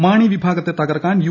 മാണി വിഭാഗത്തെ തകർക്കാൻ യു